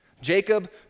Jacob